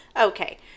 Okay